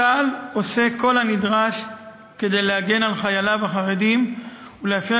צה"ל עושה את כל הנדרש כדי להגן על חייליו החרדים ולאפשר